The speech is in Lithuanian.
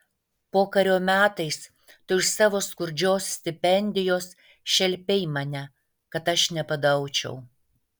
pokario metais tu iš savo skurdžios stipendijos šelpei mane kad aš nebadaučiau